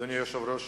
אדוני היושב-ראש,